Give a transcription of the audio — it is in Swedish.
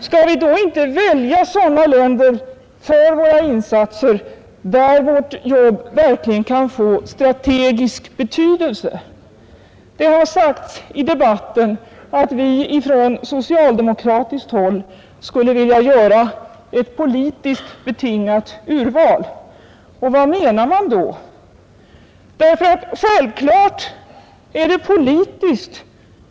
Skall vi då inte välja sådana länder för våra insatser där vår hjälp verkligen kan få strategisk betydelse? Det har sagts i debatten att vi från socialdemokratiskt håll skulle vilja göra ett politiskt betingat urval. Vad menar man då? Självklart är det politiskt.